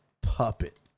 puppet